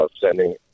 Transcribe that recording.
sending